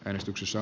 äänestyksessä